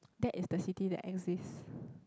that is the city that exist